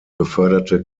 beförderte